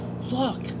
look